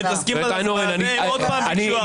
פרופ' איינהורן,